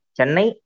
Chennai